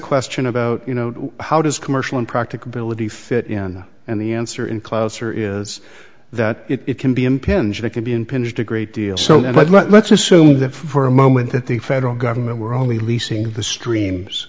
question about you know how does commercial impracticability fit in and the answer in closer is that it can be impinged it could be impinged a great deal so let's assume that for a moment that the federal government were only leasing the streams